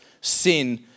sin